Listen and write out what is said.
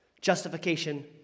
Justification